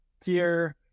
fear